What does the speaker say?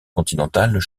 continentales